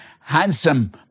handsome